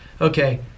okay